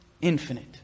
infinite